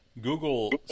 Google